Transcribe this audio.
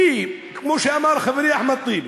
כמו שאמר חברי אחמד טיבי: